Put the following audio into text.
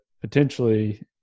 potentially